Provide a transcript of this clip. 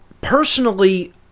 personally